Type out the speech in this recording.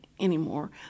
anymore